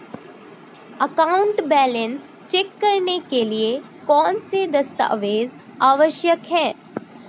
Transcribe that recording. Account balance check करने के लिए कौनसे दस्तावेज़ आवश्यक हैं?